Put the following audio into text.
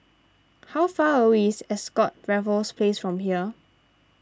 how far away is Ascott Raffles Place from here